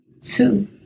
Two